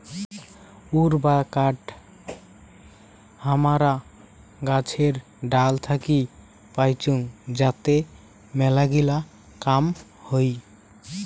would বা কাঠ হামারা গাছের ডাল থাকি পাইচুঙ যাতে মেলাগিলা কাম হই